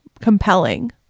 compelling